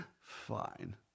Fine